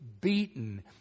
beaten